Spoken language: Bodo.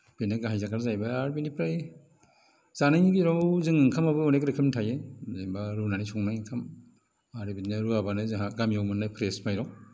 बेनो गाहाय जाग्रा जाहैबाय आरो बेनिफ्राय जानायनि गेजेराव जोंना ओंखामाबो अनेख रोखोमनि थायो जेनेबा रुनानै संनाय ओंखाम आरो बिदिनो रुवाबानो जोंहा गामियाव मोननाय फ्रेस माइरं